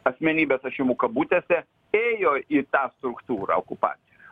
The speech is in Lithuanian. asmenybės aš imu kabutėse ėjo į tą struktūrą okupacinę